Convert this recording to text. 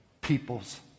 people's